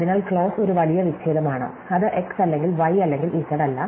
അതിനാൽ ക്ലോസ് ഒരു വലിയ വിച്ഛേദമാണ് അത് x അല്ലെങ്കിൽ y അല്ലെങ്കിൽ z അല്ല